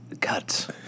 cut